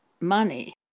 money